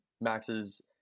Max's